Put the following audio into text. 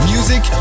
Music